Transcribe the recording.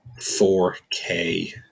4K